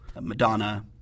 Madonna